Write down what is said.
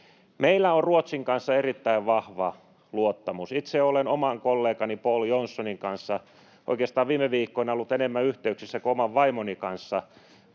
Meillä on Ruotsin kanssa erittäin vahva luottamus. Itse olen oman kollegani Pål Jonsonin kanssa oikeastaan viime viikkoina ollut enemmän yhteyksissä kuin oman vaimoni kanssa,